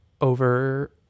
over